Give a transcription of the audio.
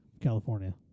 California